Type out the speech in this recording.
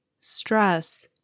stress